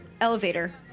elevator